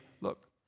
look